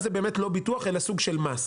וככה זה לא באמת ביטוח, אלא זה סוג של מס.